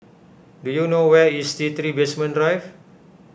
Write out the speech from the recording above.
do you know where is T three Basement Drive